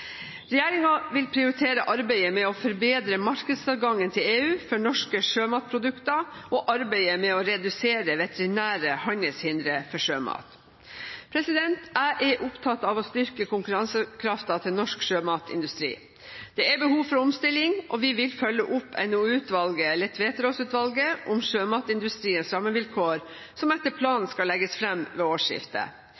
vil prioritere arbeidet med å forbedre markedsadgangen til EU for norske sjømatprodukter og arbeidet med å redusere veterinære handelshindre for sjømat. Jeg er opptatt av å styrke konkurransekraften til norsk sjømatindustri. Det er behov for omstilling, og vi vil følge opp NOU-utvalget, eller Tveteråsutvalget, om sjømatindustriens rammevilkår, som etter planen